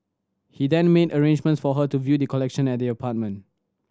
he then made arrangements for her to view the collection at the apartment